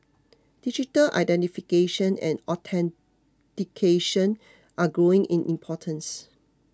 digital identification and authentication are growing in importance